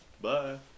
Bye